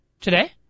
today